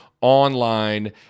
online